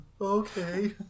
Okay